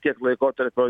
kiek laikotarpio